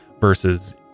versus